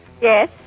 Yes